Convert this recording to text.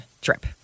trip